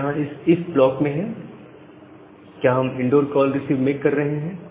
यह यहां इस इफ ब्लॉक में है क्या हम इंडोर रिसीव कॉल मेक कर रहे हैं